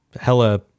hella